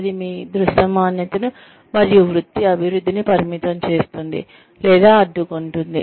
అది మీ దృశ్యమానతను మరియు వృత్తి అభివృద్ధిని పరిమితం చేస్తుంది లేదా అడ్డుకుంటుంది